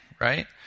right